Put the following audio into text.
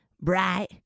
bright